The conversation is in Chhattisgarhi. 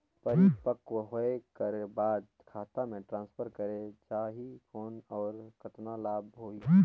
परिपक्व होय कर बाद खाता मे ट्रांसफर करे जा ही कौन और कतना लाभ होही?